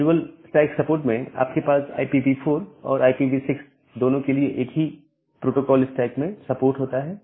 dual stack support में आपके पास IPv4 और IPv6 दोनों के लिए एक ही प्रोटोकोल स्टैक में सपोर्ट होता है